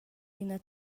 d’ina